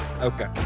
Okay